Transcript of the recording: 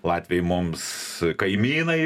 latviai mums kaimynai